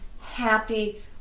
happy